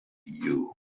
you